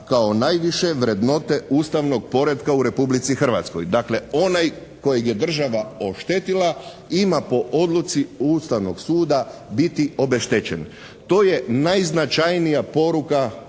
kao najviše vrednote ustavnog poretka u Republici Hrvatskoj. Dakle onaj kojeg je država oštetila, ima po odluci Ustavnog suda biti obeštećen. To je najznačajnija poruka ovog